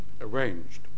arranged